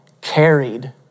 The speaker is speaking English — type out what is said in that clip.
carried